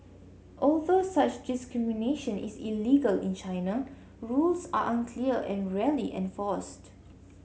although such discrimination is illegal in China rules are unclear and rarely enforced